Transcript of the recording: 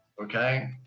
Okay